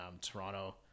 Toronto